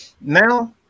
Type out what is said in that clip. now